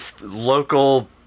local